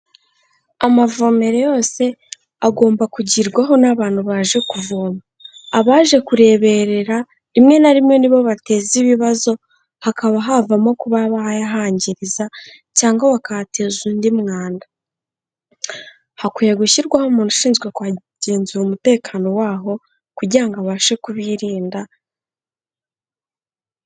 Amavomero yose agomba kugirwaho n'abantu baje kuvoma. Abaje kureberera rimwe na rimwe nibo bateza ibibazo, hakaba havamo kuba bayahangiriza cyangwa bakahateza undi mwanda. Hakwiye gushyirwaho umuntu ushinzwe kuhagenzura umutekano waho kugira abashe kubirinda.